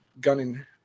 gunning